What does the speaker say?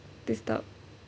to stop